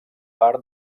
part